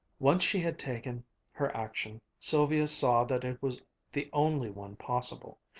once she had taken her action, sylvia saw that it was the only one possible.